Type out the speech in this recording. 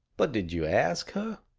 but did you ask her?